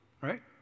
right